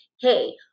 hey